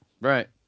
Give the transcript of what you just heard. right